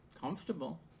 Comfortable